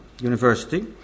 University